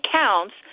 counts